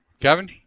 kevin